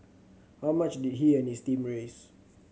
how much did he and his team raise